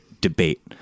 debate